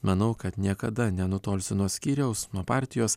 manau kad niekada nenutolsiu nuo skyriaus nuo partijos